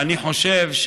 ואני חושב,